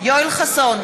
יואל חסון,